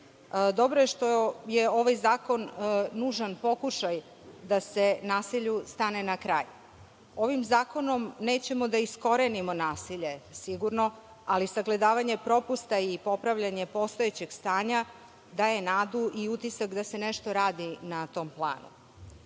Dobro je što je ovaj zakon nužan pokušaj da se nasilju stane na kraj. Ovim zakonom nećemo da iskorenimo nasilje, sigurno, ali sagledavanje propusta i popravljanje postojećeg stanja daje nadu i utisak da se nešto radi na tom planu. Prema